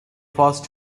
first